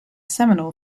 seminal